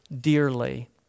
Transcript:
dearly